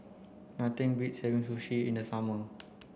nothing beats having Sushi in the summer